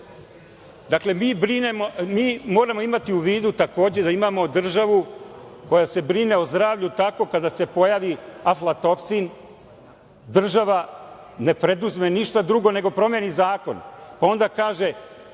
Tinta. Mi moramo imati u vidu, takođe, da imamo državu koja se brine o zdravlju, tako kada se pojavi aflatoksin, država ne preduzme ništa drugo nego promeni zakon, pa onda kaže